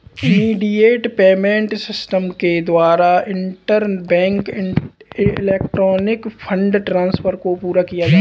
immediate payment system के द्वारा interbank electronic fund transfer को पूरा किया जाता है